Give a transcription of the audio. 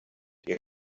ihr